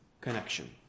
connection